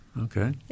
Okay